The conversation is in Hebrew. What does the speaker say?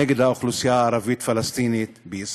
המיועדים אך ורק נגד האוכלוסייה הערבית-פלסטינית בישראל.